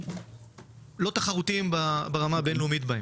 לא תחרותיים בהם ברמה הבין-לאומית.